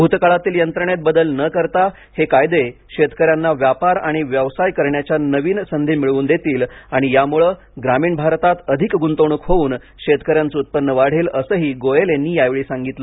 भूतकाळातील यंत्रणेत बदल न करता हे कायदे शेतकर्यांवना व्यापार आणि व्यवसाय करण्याच्या नवीन संधी मिळवून देतील आणि यामुळे ग्रामीण भारतात अधिक गुंतवणूक होवून शेतकर्यां चे उत्पन्न वाढेल असंही गोयल यांनी यावेळी सांगितलं